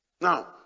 Now